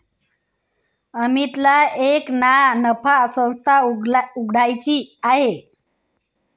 अमितला एक ना नफा संस्था उघड्याची आहे